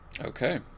Okay